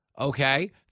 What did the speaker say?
Okay